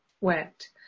went